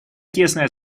тесное